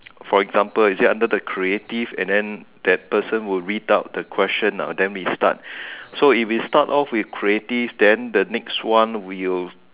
for example is it under the creative and then that person will read out the question then we start so if we start off with creative then the next one we'll